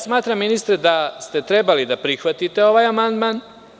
Smatram ministre, da ste trebali da prihvatite ovaj amandman.